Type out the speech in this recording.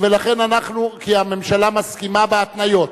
כי הממשלה מסכימה בהתניות.